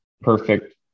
perfect